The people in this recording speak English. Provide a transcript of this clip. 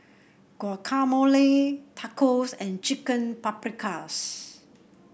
Guacamole Tacos and Chicken Paprikas